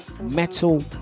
metal